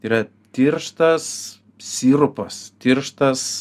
tai yra tirštas sirupas tirštas